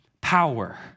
power